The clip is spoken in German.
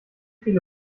viele